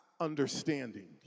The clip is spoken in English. understanding